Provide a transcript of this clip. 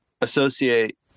associate